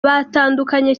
batandukanye